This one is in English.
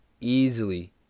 easily